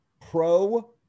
pro